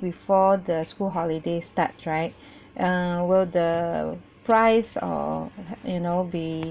before the school holidays start right err will the price or you know be